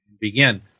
begin